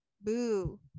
Boo